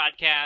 podcast